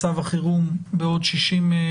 האחת נוגעת לעצם הארכת מצב החירום בעוד 60 ימים.